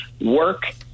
Work